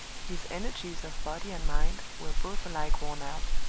his energies of body and mind were both alike worn out